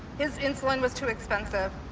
his insulin was too expensive.